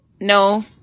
no